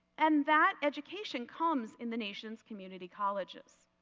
and that education comes in the nation's community colleges.